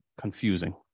Confusing